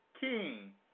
King